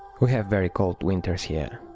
have very cold winters here.